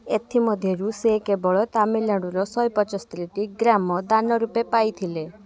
ଏଥିମଧ୍ୟରୁ ସେ କେବଳ ତାମିଲନାଡ଼ୁର ଶହେ ପଞ୍ଚସ୍ତରୀଟି ଗ୍ରାମ ଦାନରୂପେ ପାଇଥିଲେ